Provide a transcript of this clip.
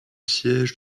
siège